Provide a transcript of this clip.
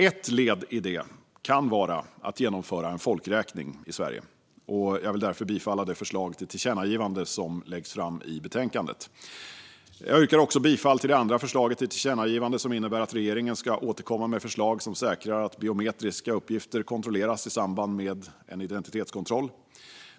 Ett led i detta kan vara att genomföra en folkräkning i Sverige, och jag vill därför bifalla det förslag till tillkännagivande som läggs fram i betänkandet. Jag yrkar även bifall till det andra förslaget till tillkännagivande, som innebär att regeringen ska återkomma med förslag som säkrar att biometriska uppgifter kontrolleras i samband med en identitetskontroll.